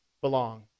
belong